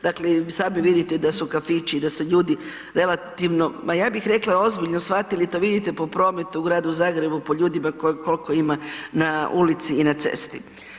Dakle, i sami vidite da su kafići, da su ljudi relativno, ma ja bih rekla ozbiljno shvatili, to vidite po prometu u Gradu Zagrebu, po ljudima kolko ima na ulici i na cesti.